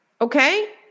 okay